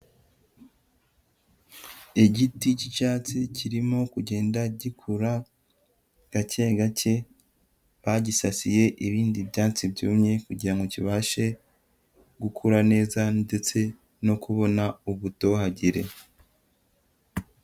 Igiti cy'icyatsi kirimo kugenda gikura gake gake, bagisasiye ibindi byatsi byumye kugira ngo kibashe gukura neza, ndetse no kubona ubutohagire.